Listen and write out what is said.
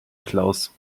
klaus